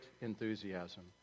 enthusiasm